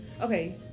Okay